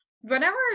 whenever